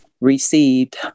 received